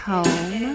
Home